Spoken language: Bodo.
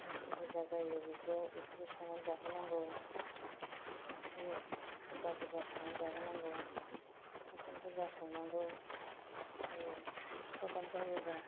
मानसि बुरजा जायो बिदियाव बेखौबो संनानै जाहोनांगौ ओंख्रि बुरजा बुरजा संनानै जाहोनांगौ ओंखाम बुरजा संनांगौ जायो प्रग्राम जायोबा